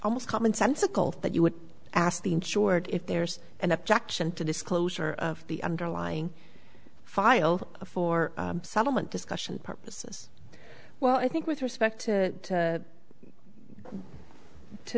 almost commonsensical that you would ask the insured if there's an objection to disclosure of the underlying file for settlement discussion purposes well i think with respect to to t